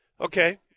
Okay